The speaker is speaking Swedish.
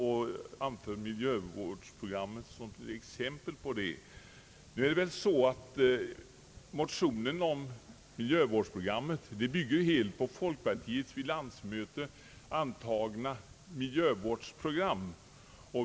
Han anförde miljövårdsprogrammet som ett exempel på detta. Nu är det så att motionen om miljövårdsprogrammet helt bygger på folkpartiets vid landsmötet antagna miljövårdsprogram.